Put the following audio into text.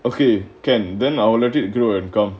okay can then our legit grow and come